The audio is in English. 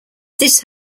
this